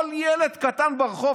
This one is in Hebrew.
כל ילד קטן ברחוב,